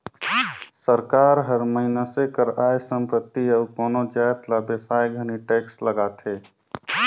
सरकार हर मइनसे कर आय, संपत्ति अउ कोनो जाएत ल बेसाए घनी टेक्स लगाथे